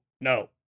No